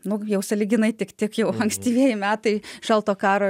nug jau sąlyginai tik tik jau ankstyvieji metai šalto karo